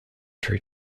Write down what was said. tree